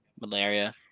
Malaria